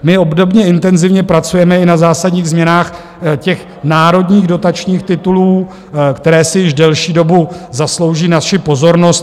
My obdobně intenzivně pracujeme i na zásadních změnách národních titulů, které si již delší dobu zaslouží naši pozornost.